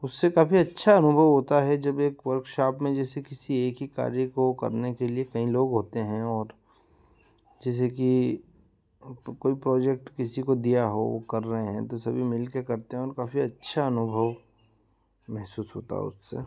उससे काफी अच्छा अनुभव होता है जब एक वर्कशॉप में जैसे किसी एक ही कार्य को करने के लिय कई लोग होते हैं और जैसे कि कोई प्रोजेक्ट किसी को दिया हो वो कर रहे हैं तो सभी मिल के करते हैं और काफी अच्छा अनुभव महसूस होता है उससे